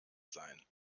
sein